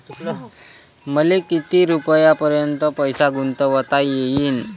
मले किती रुपयापर्यंत पैसा गुंतवता येईन?